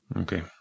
okay